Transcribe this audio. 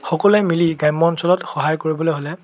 সকলোৱে মিলি গ্ৰাম্য অঞ্চলত সহায় কৰিবলৈ হ'লে